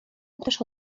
też